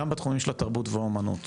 גם בתחומים של התרבות והאומנות,